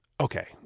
Okay